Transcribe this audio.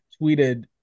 tweeted